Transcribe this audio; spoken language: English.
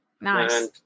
Nice